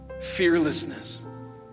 fearlessness